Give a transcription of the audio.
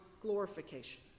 glorification